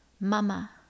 Mama